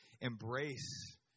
embrace